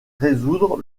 résoudre